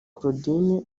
claudine